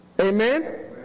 Amen